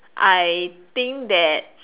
I think that